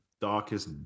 darkest